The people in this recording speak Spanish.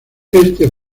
este